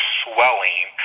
swelling